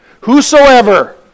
Whosoever